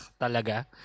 talaga